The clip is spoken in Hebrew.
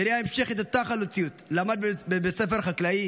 הנכד נריה, ה' ייקום דמו,